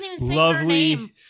lovely